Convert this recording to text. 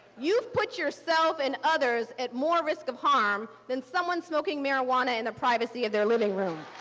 you've put yourself and others at more risk of harm than someone smoking marijuana in the privacy of their living room.